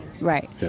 Right